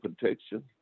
protection